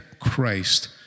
Christ